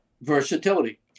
Versatility